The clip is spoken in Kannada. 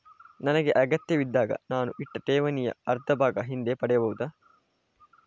ನನಗೆ ಅಗತ್ಯವಿದ್ದಾಗ ನಾನು ಇಟ್ಟ ಠೇವಣಿಯ ಅರ್ಧಭಾಗ ಹಿಂದೆ ಪಡೆಯಬಹುದಾ?